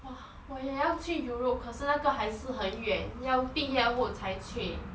哇我也要去 europe 可是那个还是很远要毕业后才去